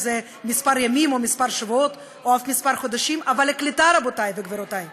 נדמה שהממשלה עסוקה כל היום בלברר מי נאמן ומי לא